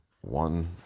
one